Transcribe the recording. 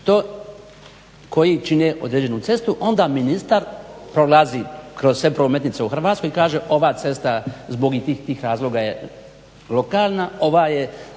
što, koji čine određenu cestu onda ministar prolazi kroz sve prometnice u Hrvatskoj i kaže ova cesta zbog i tih i tih razloga je lokalna. Ova je